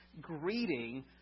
greeting